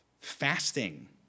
fasting